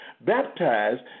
baptized